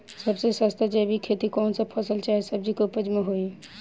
सबसे सस्ता जैविक खेती कौन सा फसल चाहे सब्जी के उपज मे होई?